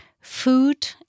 food